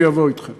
אני אבוא אתכם